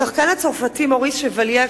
השחקן הצרפתי מוריס שבליה,